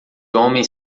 homens